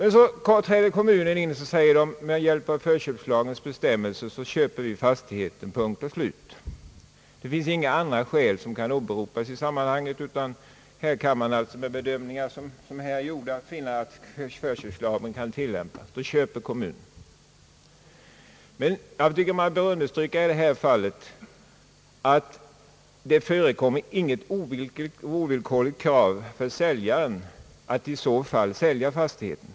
Då träder kommunen in och säger, att den med hjälp av förköpslagens bestämmelser ämnar köpa fastigheten. Punkt och slut! Inga andra skäl kan åberopas i sammanhanget, utan av de bedömningar som är gjorda finner man att förköpslagen skall gälla. Kommunen köper alltså fastigheten. Jag vill understryka att det i detta fall inte förekommer något ovillkorligt krav på säljaren att sälja fastigheten.